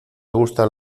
gustan